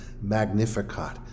Magnificat